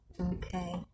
Okay